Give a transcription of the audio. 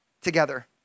together